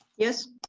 yes.